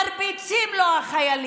החיילים מרביצים לו.